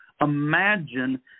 imagine